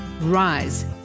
Rise